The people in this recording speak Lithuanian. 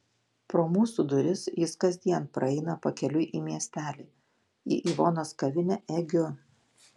pro mūsų duris jis kasdien praeina pakeliui į miestelį į ivonos kavinę egiu